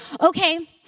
okay